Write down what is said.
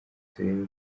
turebe